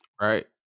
Right